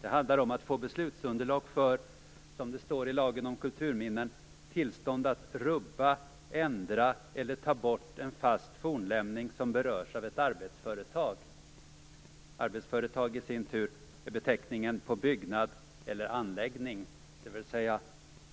Det handlar om att få beslutsunderlag för, som det står i lagen om kulturminnen, tillstånd att rubba, ändra eller ta bort en fast fornlämning som berörs av ett arbetsföretag. Arbetsföretag är i sin tur beteckningen på byggnad eller anläggning.